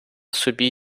собі